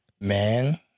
man